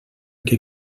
que